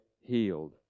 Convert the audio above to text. healed